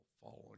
following